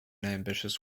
ambitious